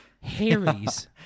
Harry's